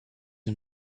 and